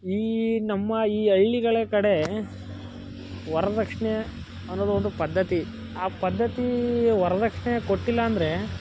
ಈ ನಮ್ಮ ಈ ಹಳ್ಳಿಗಳ ಕಡೆ ವರ್ದಕ್ಷಿಣೆ ಅನ್ನೋದು ಒಂದು ಪದ್ಧತಿ ಆ ಪದ್ಧತಿ ವರ್ದಕ್ಷಿಣೆ ಕೊಟ್ಟಿಲ್ಲ ಅಂದರೆ